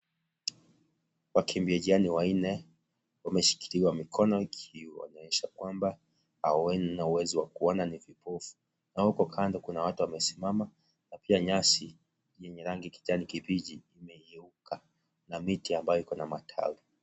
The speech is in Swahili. Wakimbiajiani wanne wameshikiliwa mikono ikionesha kwamba hawana uwezo wa kuona ni vipofu, na huko kando kuna watu wamesimama, na pia nyasi yenye rangi kijani kibichi imeyeyuka na miti ambayo ikona matawi.